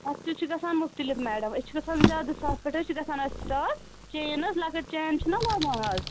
اَتھٕ تہِ چھِ گژھان مُختلف میڈَم أسۍ چھِ گژھان زیادٕ سستہٕ تہِ چھِ گژھان اَتھ سِٹارٹ چین حظ لۅکٕٹ چین چھِنا بنان اَز